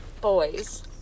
boys